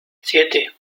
siete